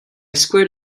squared